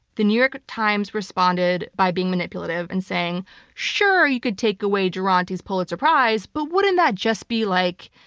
the new york times responded by being manipulative and saying sure you can take away duranty's pulitzer prize but wouldn't that just be like,